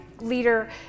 leader